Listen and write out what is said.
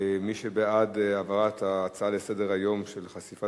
מי שבעד העברת ההצעה לסדר-היום על חשיפת